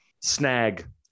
Snag